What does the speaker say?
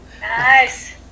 Nice